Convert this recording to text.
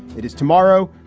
it is tomorrow,